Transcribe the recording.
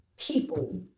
people